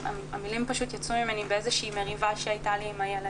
המילים פשוט יצאו ממני באיזו שהיא מריבה שהייתה לי עם הילד